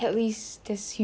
or yang bagus